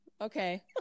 okay